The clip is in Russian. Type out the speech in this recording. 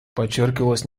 подчеркивалась